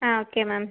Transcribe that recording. ആ ഓക്കെ മാം